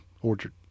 orchard